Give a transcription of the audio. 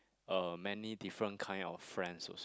uh many different kind of friends also